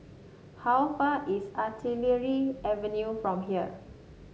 how far is Artillery Avenue from here